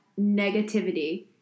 negativity